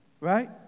right